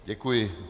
Děkuji.